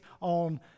on